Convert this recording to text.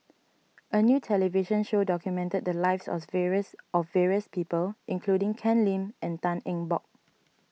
a new television show documented the lives of various of various people including Ken Lim and Tan Eng Bock